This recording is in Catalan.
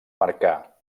marcar